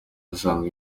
asanzwe